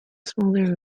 smouldering